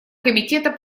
комитета